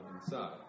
inside